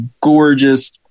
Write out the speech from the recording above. gorgeous